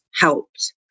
helped